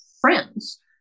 friends